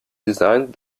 designed